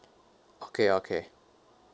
okay okay